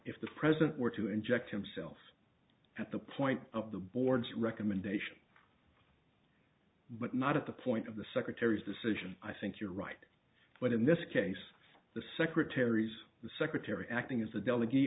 if the president were to inject himself at the point of the board's recommendation but not at the point of the secretary's decision i think you're right but in this case the secretary's secretary acting as a delegat